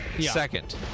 Second